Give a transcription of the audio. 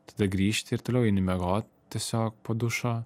tada grįžti ir toliau eini miegot tiesiog po dušo